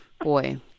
boy